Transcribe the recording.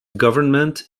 government